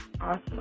awesome